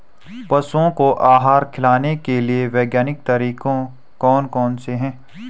पशुओं को आहार खिलाने के लिए वैज्ञानिक तरीके कौन कौन से हैं?